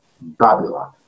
Babylon